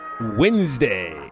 Wednesday